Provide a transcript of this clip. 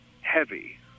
heavy